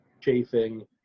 chafing